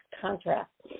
contract